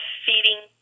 feeding